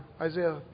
Isaiah